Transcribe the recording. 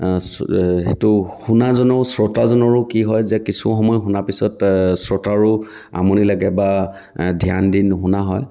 সেইটো শুনাজনৰো শ্ৰুতাজনৰো কি হয় যে কিছু সময় শুনাৰ পিছত শ্ৰুতাৰো আমনি লাগে বা ধ্যান দি নুশুনা হয়